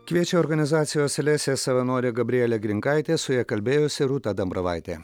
kviečia organizacijos lesė savanorė gabrielė grinkaitė su ja kalbėjosi rūta dambravaitė